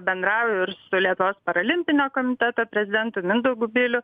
bendrauju ir su lietuvos parolimpinio komiteto prezidentu mindaugu biliu